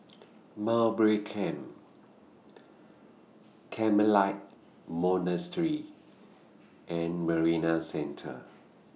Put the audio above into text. Mowbray Camp Carmelite Monastery and Marina Centre